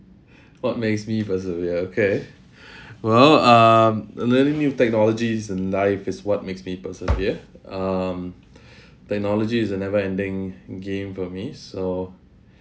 what makes me persevere okay well um learning new technologies in life is what makes me persevere um technology is a never-ending game for me so